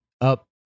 up